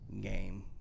game